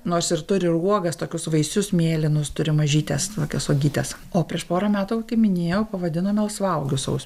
nors ir turi ir uogas tokius vaisius mėlynus turi mažytes tokias uogytes o prieš porą metų va kaip minėjau pavadino melsvauogiu saus